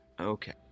Okay